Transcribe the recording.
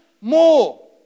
more